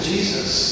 Jesus